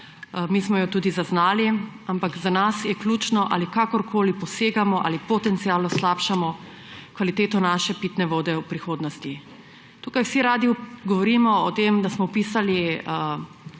mi smo jo tudi zaznali, ampak za nas je ključno, ali kakorkoli posegamo ali potencialno slabšamo kvaliteto naše pitne vode v prihodnosti. Tukaj vsi radi govorimo o tem, da smo vpisali